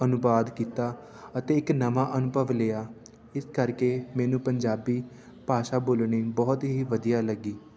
ਅਨੁਵਾਦ ਕੀਤਾ ਅਤੇ ਇੱਕ ਨਵਾਂ ਅਨੁਭਵ ਲਿਆ ਇਸ ਕਰਕੇ ਮੈਨੂੰ ਪੰਜਾਬੀ ਭਾਸ਼ਾ ਬੋਲਣੀ ਬਹੁਤ ਹੀ ਵਧੀਆ ਲੱਗੀ